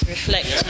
Reflect